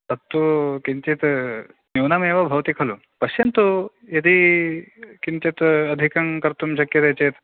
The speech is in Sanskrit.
तत्तु किञ्चित् न्यूनमेव भवति खलु पश्यन्तु यदि किञ्चित् अधिकं कर्तुं शक्यते चेत्